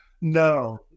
No